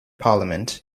parliament